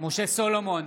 משה סולומון,